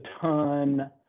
ton